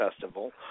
festival